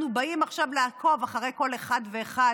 באים עכשיו לעקוב אחרי כל אחד ואחד,